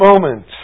moment